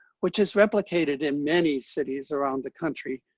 which is replicated in many cities around the country.